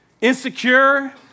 Insecure